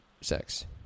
sex